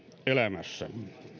elämässä